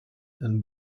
and